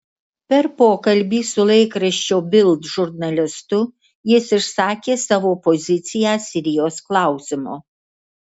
per pokalbį su laikraščio bild žurnalistu jis išsakė savo poziciją sirijos klausimu